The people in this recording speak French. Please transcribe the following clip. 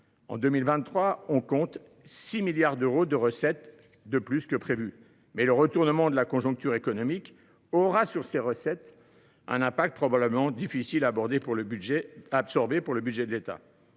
En 2023, on compte 6 milliards d’euros de recettes d’IS de plus que prévu. Mais le retournement de la conjoncture économique aura sur ces recettes un impact probablement difficile à absorber pour le budget de l’État.